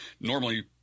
Normally